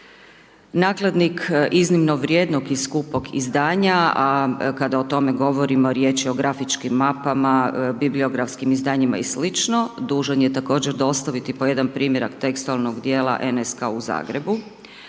Nakladnik iznimno vrijednog i skupog izdanja, a kada o tome govorimo, riječ je o grafičkim mapama, bibliografskim izdanjima i sl., dužan je također dostaviti po jedan primjerak tekstualnog dijela NSK-a u Zagrebu.